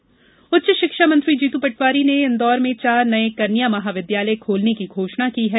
महाविद्यालय उच्च शिक्षा मंत्री जीतू पटवारी ने इंदौर में चार नये कन्या महाविद्यालय खोलने की घोषणा की है